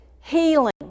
healing